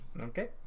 Okay